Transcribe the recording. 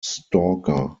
stalker